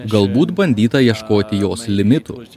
galbūt bandyta ieškoti jos limitų